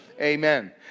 Amen